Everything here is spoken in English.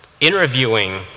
interviewing